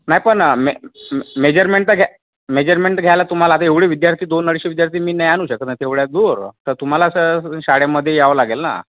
नाही पण मे मेजरमेंट तर घ्या मेजरमेंट तर घ्यायला तुम्हाला आता एवढे विद्यार्थी दोन अडीचशे विद्यार्थी मी नाही आणू शकत ना तेवढ्या दूर तर तुम्हाला असं शाळेमध्ये यावं लागेल ना